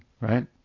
Right